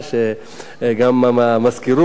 גם המזכירות,